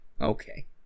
Okay